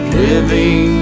living